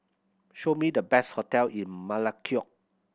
show me the best hotel in Melekeok